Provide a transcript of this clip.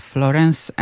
Florence